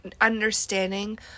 understanding